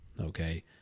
okay